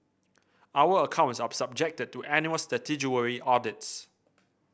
our accounts are subjected to annual statutory audits